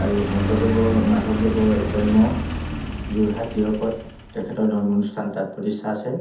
আৰু শংকৰদেৱ মাধৱদেৱৰ জন্ম যোৰহাট টিয়কত তেখেতৰ ধৰ্ম অনুষ্ঠান তাত প্ৰতিষ্ঠা আছে